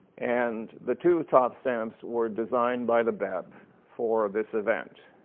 and the two top stamps were designed by the bep for this event.